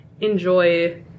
enjoy